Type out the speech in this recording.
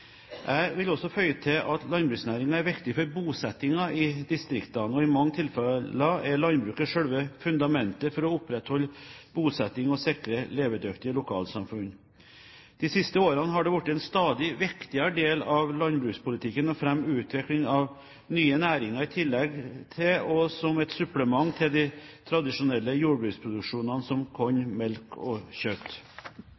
Jeg vil også føye til at landbruksnæringen er viktig for bosettingen i distriktene, og i mange tilfeller er landbruket selve fundamentet for å opprettholde bosetting og sikre levedyktige lokalsamfunn. De siste årene har det blitt en stadig viktigere del av landbrukspolitikken å fremme utvikling av nye næringer i tillegg til og som et supplement til de tradisjonelle jordbruksproduksjonene som